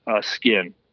skin